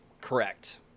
Correct